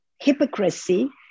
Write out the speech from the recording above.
hypocrisy